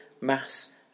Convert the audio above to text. mass